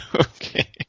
Okay